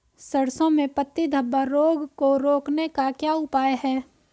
सरसों में पत्ती धब्बा रोग को रोकने का क्या उपाय है?